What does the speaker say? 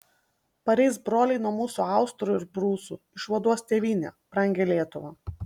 pareis broliai mūsų nuo austrų ir prūsų išvaduos tėvynę brangią lietuvą